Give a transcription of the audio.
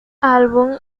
álbum